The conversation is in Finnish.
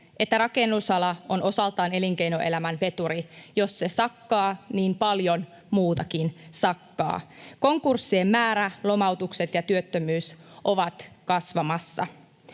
että rakennusala on osaltaan elinkeinoelämän veturi: jos se sakkaa, niin paljon muutakin sakkaa. Konkurssien määrä, lomautukset ja työttömyys ovat kasvamassa.